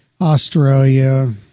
Australia